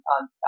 on